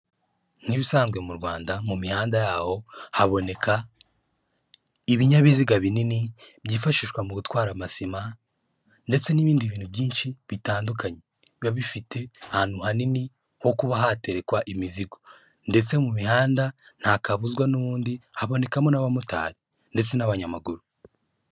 Nk'ibisanzwe mu Rwanda mu mihanda yaho, haboneka ibinyabiziga binini, byifashishwa mu gutwara amasima ndetse n'ibindi bintu byinshi bitandukanye. Biba bifite ahantu hanini ho kuba haterekwa imizigo ndetse mu mihanda, ntakabuzwa n'ubundi habonekamo n'abamotari ndetse n'abanyamaguru.